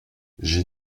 j’ai